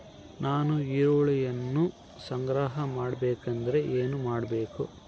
ನಾನು ಈರುಳ್ಳಿಯನ್ನು ಸಂಗ್ರಹ ಮಾಡಬೇಕೆಂದರೆ ಏನು ಮಾಡಬೇಕು?